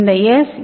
எனவே இந்த எஸ்